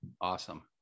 awesome